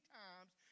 times